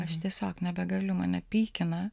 aš tiesiog nebegaliu mane pykina